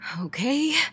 Okay